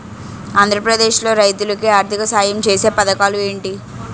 ఆంధ్రప్రదేశ్ లో రైతులు కి ఆర్థిక సాయం ఛేసే పథకాలు ఏంటి?